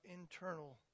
internal